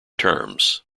terms